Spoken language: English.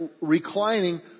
reclining